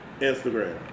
instagram